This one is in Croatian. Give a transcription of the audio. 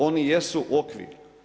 Oni jesu okvir.